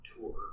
tour